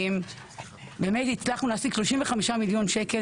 באמת הצלחנו להשיג 35 מיליון שקלים,